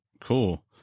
Cool